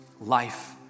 life